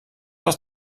aus